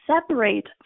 separate